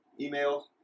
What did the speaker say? Email